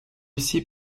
aussi